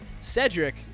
Cedric